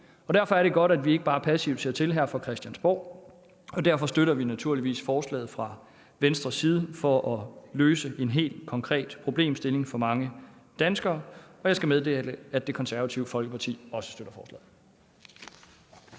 Derfor er det godt, at vi ikke bare ser passivt til her fra Christiansborg. Derfor støtter vi naturligvis forslaget fra Venstres side for at løse en helt konkret problemstilling for mange danskere. Jeg skal meddele, at Det Konservative Folkeparti også støtter forslaget.